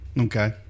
Okay